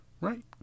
Right